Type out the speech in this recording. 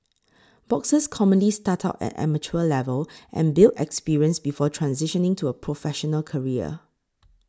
boxers commonly start out at amateur level and build experience before transitioning to a professional career